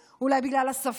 אולי בגלל השפה?